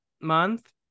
month